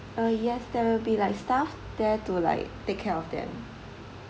uh yes there will be like staff there to like take care of them